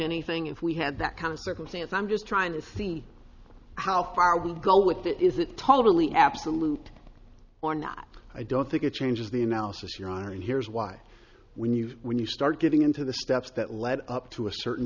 anything if we had that kind of circumstance i'm just trying to see how far would go with that is it totally absolute or not i don't think it changes the analysis your honor and here's why when you when you start getting into the steps that led up to a certain